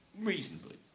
Reasonably